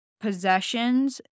possessions